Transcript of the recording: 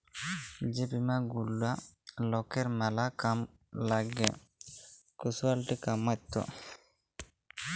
যে বীমা গুলা লকের ম্যালা কামে লাগ্যে ক্যাসুয়ালটি কমাত্যে